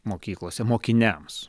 mokyklose mokiniams